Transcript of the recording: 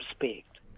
respect